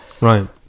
Right